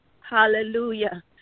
Hallelujah